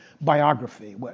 biography